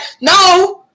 no